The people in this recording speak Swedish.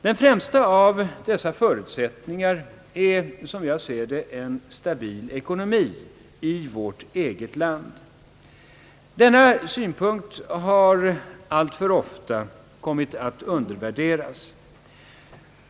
Den främsta av dessa förutsättningar är en stabil ekonomi i vårt eget land. Denna synpunkt har alltför ofta undervärderats.